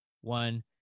one